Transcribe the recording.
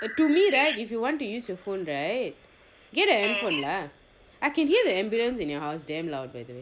and to me right if you want to use your phone right get a handphone lah I can hear the ambulance in your house damn loud by the way